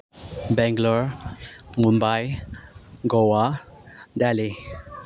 Bangalore Mumbai Goa Delhi